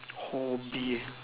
hobby